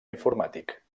informàtic